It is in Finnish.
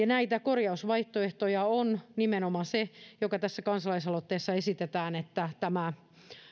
näitä korjausvaihtoehtoja on nimenomaan se mitä tässä kansalaisaloitteessa esitetään että tämä